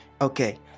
Okay